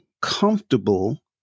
comfortable